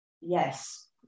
Yes